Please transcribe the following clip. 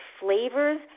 flavors